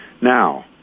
Now